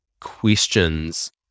questions